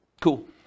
Cool